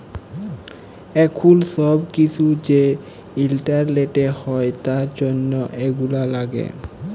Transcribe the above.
এখুল সব কিসু যে ইন্টারলেটে হ্যয় তার জনহ এগুলা লাগে